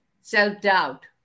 self-doubt